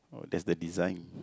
there's the design